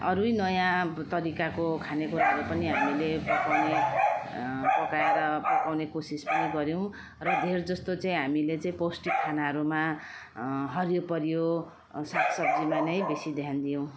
अरू यही नयाँ तरिकाको खाने कुराहरू पनि हामीले पकाउने पकाएर पकाउने कोसिस पनि गर्यौँ र धेर जस्तो चाहिँ हामीले चाहिँ पौष्टिक खानाहरूमा हरियो परियो साग सब्जीमा नै बेसी ध्यान दियौँ